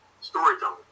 storytelling